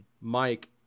Mike